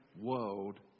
world